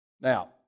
Now